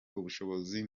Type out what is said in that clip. ubushobozi